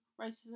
racism